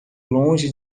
longe